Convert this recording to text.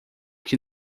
que